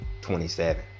27